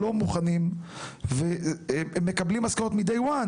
לא מוכנים והם מקבלים משכורת מהיום הראשון,